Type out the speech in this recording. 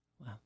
Wow